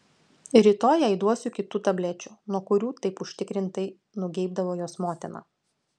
rytoj jai duosiu kitų tablečių nuo kurių taip užtikrintai nugeibdavo jos motina